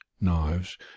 knives